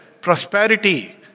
prosperity